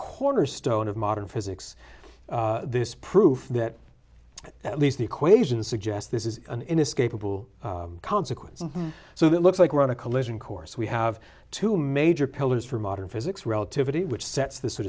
cornerstone of modern physics this proof that at least the equations suggest this is an inescapable consequence so that looks like we're on a collision course we have two major pillars for modern physics relativity which sets the sort